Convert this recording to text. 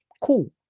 Cool